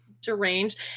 deranged